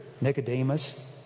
Nicodemus